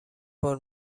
بار